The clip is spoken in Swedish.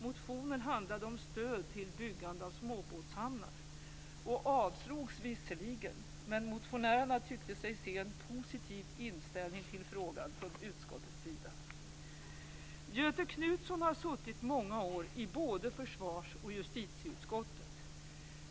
Motionen handlade om stöd till byggande av småbåtshamnar och avslogs visserligen men motionärerna tyckte sig se en positiv inställning till frågan från utskottets sida. Göthe Knutson har suttit många år i både försvarsutskottet och justitieutskottet.